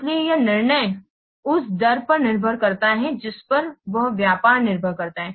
इसलिए यह निर्णय उस दर पर निर्भर करता है जिस पर वह व्यापार निर्भर करता है